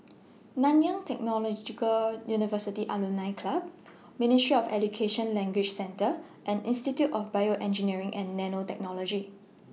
Nanyang Technological University Alumni Club Ministry of Education Language Centre and Institute of Bioengineering and Nanotechnology